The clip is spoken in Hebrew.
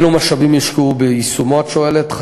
2. אילו משאבים יושקעו ביישומו, את שואלת.